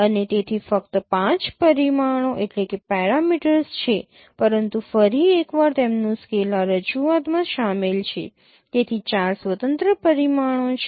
અને તેથી ફક્ત 5 પરિમાણો છે પરંતુ ફરી એક વાર તેમનું સ્કેલ આ રજૂઆતમાં સામેલ છે તેથી 4 સ્વતંત્ર પરિમાણો છે